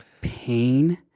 pain